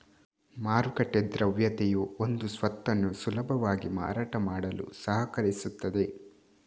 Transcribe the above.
ಮಾರುಕಟ್ಟೆ ದ್ರವ್ಯತೆಯು ಒಂದು ಸ್ವತ್ತನ್ನು ಸುಲಭವಾಗಿ ಮಾರಾಟ ಮಾಡಲು ಸಹಕರಿಸುತ್ತದೆ